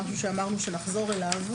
משהו שאמרנו שנחזור אליו.